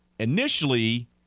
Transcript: Initially